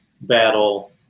battle